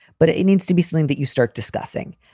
but it needs to be something that you start discussing.